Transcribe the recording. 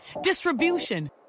distribution